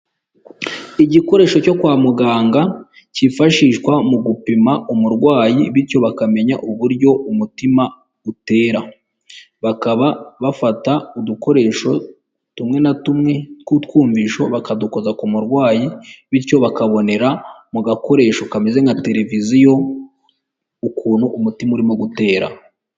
Igikoresho cyo kwa muganga cyifashishwa mu gupima umurwayi bityo bakamenya uburyo umutima utera, bakaba bafata udukoresho tumwe na tumwe tw'utwumvisho bakadukoza ku murwayi bityo bakabonera mu gakoresho kameze nka televiziyo, ukuntu umutima urimo gutera.